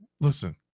Listen